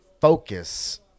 focus –